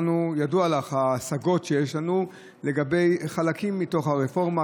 ידועות לך ההשגות שיש לנו לגבי חלקים מתוך הרפורמה,